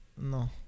No